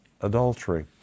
adultery